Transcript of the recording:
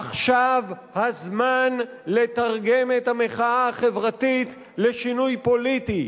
עכשיו הזמן לתרגם את המחאה החברתית לשינוי פוליטי,